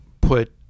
put